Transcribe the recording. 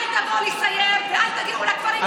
אל תבואו לסייר ואל תגיעו לכפרים שלנו.